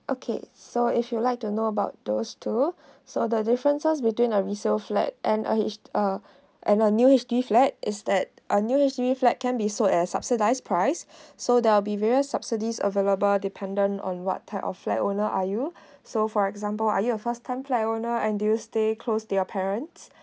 okay so if you like to know about those two so the differences between a resale flat and a H uh and a new H_D_B flat is that a new H_D_B flat can be sold at subsidised prize so there'll be various subsidies available dependent on what type of flat owner are you so for example are you a first time flat owner or do you stay close to your parent